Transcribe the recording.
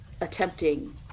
attempting